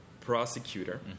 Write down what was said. prosecutor